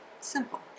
simple